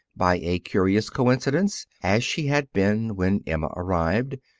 by a curious coincidence, as she had been when emma arrived,